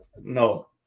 no